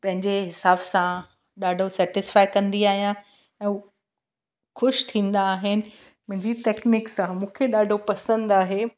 पंहिंजे हिसाब सां ॾाढो सैटिस्फाई कंदी आहियां ऐं हू ख़ुशि थींदा आहिनि मुंहिंजी तकनीक सां मूंखे ॾाढो पसंदि आहे